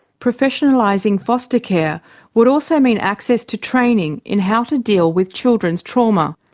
professionalising foster care would also mean access to training in how to deal with children's trauma.